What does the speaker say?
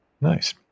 Nice